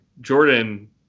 jordan